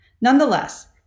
Nonetheless